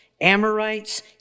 Amorites